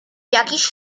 jakichś